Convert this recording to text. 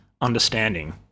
understanding